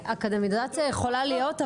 אקדמיזציה יכולה להיות,